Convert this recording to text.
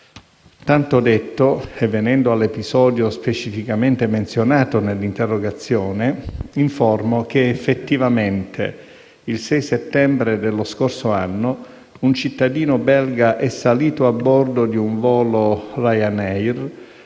Tanto detto e venendo all'episodio specificamente menzionato nell'interrogazione, informo che, effettivamente, il 6 settembre dello scorso anno un cittadino belga è salito a bordo di un volo Ryan Air